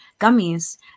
gummies